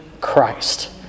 Christ